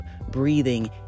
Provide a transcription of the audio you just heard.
breathing